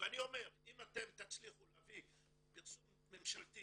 אני אומר אם תצליחו להביא פרסום ממשלתי